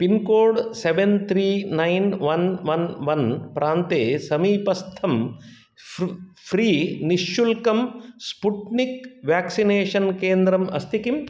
PIN code seven three nine one one one प्रान्ते समीपस्थं free निःशुल्कं स्पुट्निक् वेक्सिनेषन् केन्द्रम् अस्ति किम्